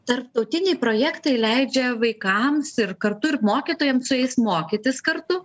tarptautiniai projektai leidžia vaikams ir kartu ir mokytojams su jais mokytis kartu